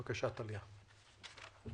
בבקשה, טליה.